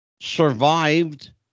survived